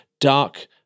dark